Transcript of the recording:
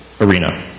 arena